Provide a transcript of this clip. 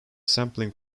sampling